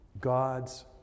God's